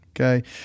Okay